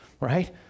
right